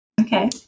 Okay